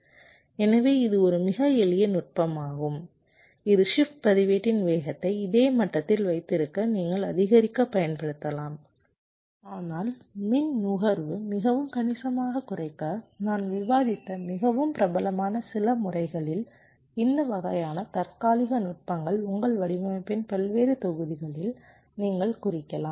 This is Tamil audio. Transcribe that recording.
எனவே இது ஒரு மிக எளிய நுட்பமாகும் இது ஷிப்ட் பதிவேட்டின் வேகத்தை இதே மட்டத்தில் வைத்திருக்க நீங்கள் அதிகரிக்க பயன்படுத்தலாம் ஆனால் மின் நுகர்வு மிகவும் கணிசமாகக் குறைக்க நான் விவாதித்த மிகவும் பிரபலமான சில முறைகளில் இந்த வகையான தற்காலிக நுட்பங்கள் உங்கள் வடிவமைப்பின் பல்வேறு தொகுதிகளில் நீங்கள் குறிக்கலாம்